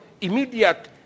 immediate